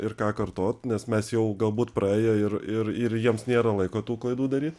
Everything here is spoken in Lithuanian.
ir ką kartot nes mes jau galbūt praėję ir ir ir jiems nėra laiko tų klaidų daryt